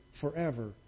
forever